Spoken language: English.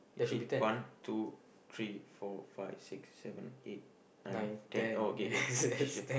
actually one two three four five six seven eight nine ten oh okay okay okay sure